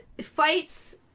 fights